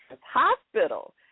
hospital